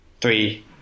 three